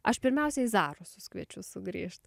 aš pirmiausiai į zarasus kviečiu sugrįžt